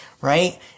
right